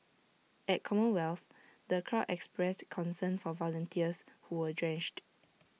at commonwealth the crowd expressed concern for volunteers who were drenched